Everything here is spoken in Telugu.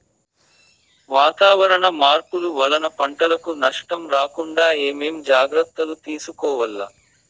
వాతావరణ మార్పులు వలన పంటలకు నష్టం రాకుండా ఏమేం జాగ్రత్తలు తీసుకోవల్ల?